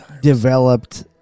developed